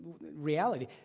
reality